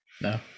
No